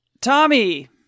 Tommy